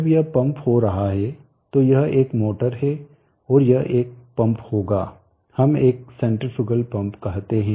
जब यह पंप हो रहा है तो यह एक मोटर है और यह एक पंप होगा हम एक सेन्ट्रीफ्यूगल पंप कहते है